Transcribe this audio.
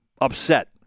upset